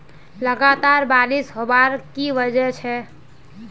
लगातार बारिश होबार की वजह छे?